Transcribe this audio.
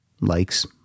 likes